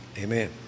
amen